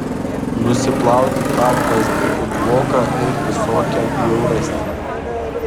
nusiplauti tą gvazdikų dvoką ir visokią bjaurastį